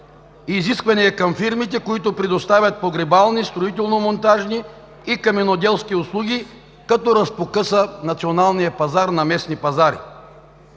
изисквания към фирмите, които предоставят погребални, строително-монтажни и каменоделски услуги, като разпокъса националния пазар на местни пазари,